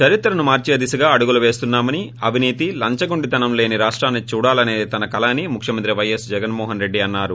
చరిత్రను మార్పే దిశగా అడుగులు పేస్తున్నా మని అవినీతి లంచగొండితనం లేని రాష్టాన్ని చూడాలసేది తన కల అని ముఖ్యమంత్రి వైఎస్ జగన్మోహన్ రెడ్డి అన్సారు